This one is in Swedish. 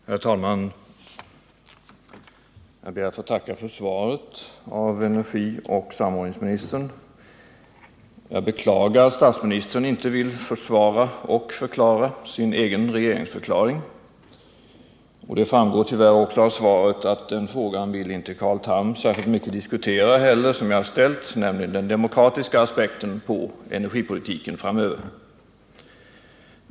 Herr talman! Jag ber att få tacka för svaret av energioch samordningsministern. Jag beklagar att statsministern inte vill försvara och förklara sin egen regeringsförklaring. Och det framgår tyvärr också av svaret att inte heller Carl Tham vill diskutera särskilt mycket den fråga som jag ställt, nämligen den demokratiska aspekten på energipolitiken framöver.